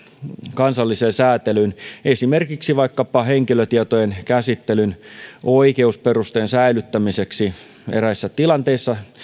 kansalliseen säätelyyn esimerkiksi vaikkapa henkilötietojen käsittelyn oikeusperusteen säilyttämiseksi eräissä tilanteissa